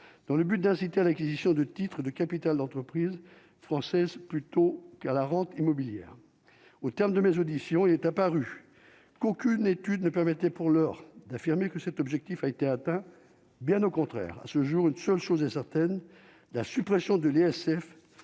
dans le but d'inciter à l'acquisition de titres de capital d'entreprise française plutôt qu'à la rente immobilière au terme de mes auditions, il est apparu qu'aucune étude ne permettait pour l'heure, d'affirmer que cet objectif a été atteint, bien au contraire, à ce jour, une seule chose est certaine : la suppression de l'ISF